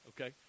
okay